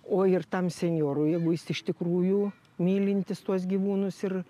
o ir tam senjorui jeigu jis iš tikrųjų mylintis tuos gyvūnus ir